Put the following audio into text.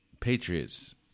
Patriots